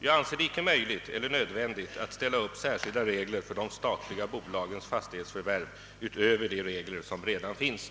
Jag anser det icke möjligt, eller nödvändigt, att ställa upp särskilda regler för de statliga bolagens fastighetsförvärv utöver de regler som redan finns.